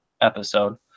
episode